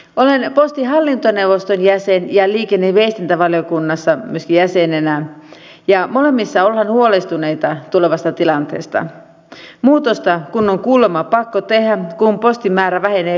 olen postin hallintoneuvoston jäsen ja liikenne ja viestintävaliokunnassa myöskin jäsenenä ja molemmissa ollaan huolestuneita tulevasta tilanteesta muutosta kun on kuulemma pakko tehdä kun postin määrä vähenee koko ajan